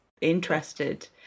interested